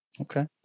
Okay